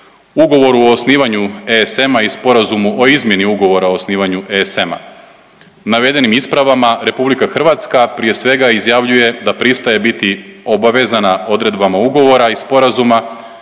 Ugovoru o osnivanju ESM-a i Sporazumu o izmjeni Ugovora o osnivanju ESM-a. Navedenim ispravama, RH prije svega izjavljuje da pristaje biti obavezana odredbama ugovora i sporazuma